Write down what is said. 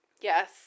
Yes